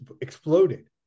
exploded